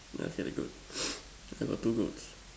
I see the goats I got two goats